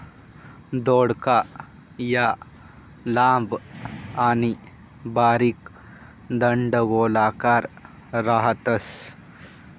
दौडका या लांब आणि बारीक दंडगोलाकार राहतस